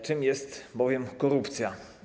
Czym jest bowiem korupcja?